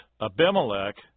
Abimelech